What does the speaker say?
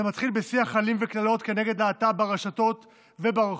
זה מתחיל בשיח אלים ובקללות כנגד להט"ב ברשתות וברחוב,